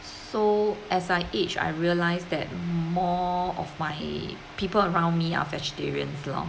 so as I age I realise that more of my people around me are vegetarians lor